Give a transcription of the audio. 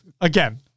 Again